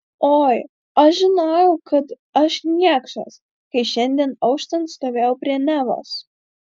oi aš žinojau kad aš niekšas kai šiandien auštant stovėjau prie nevos